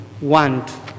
want